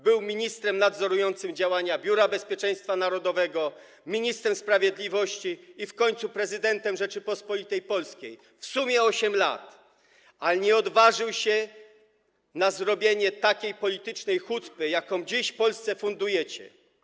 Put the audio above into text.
Był ministrem nadzorującym działania Biura Bezpieczeństwa Narodowego, ministrem sprawiedliwości i w końcu prezydentem Rzeczypospolitej Polskiej, w sumie przez 8 lat, ale nie odważył się na zrobienie takiej politycznej hucpy, jaką dziś Polsce fundujecie.